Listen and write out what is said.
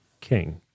king